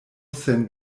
sen